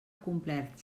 complert